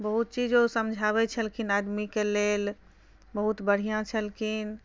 बहुत चीज ओ समझाबैत छलखिन आदमीके लेल बहुत बढ़िआँ छलखिन